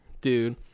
Dude